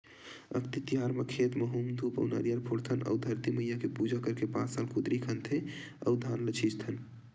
अक्ती तिहार म खेत म हूम धूप अउ नरियर फोड़थन अउ धरती मईया के पूजा करके पाँच सात कुदरी खनथे अउ धान ल छितथन